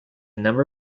number